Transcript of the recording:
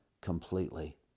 completely